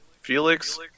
Felix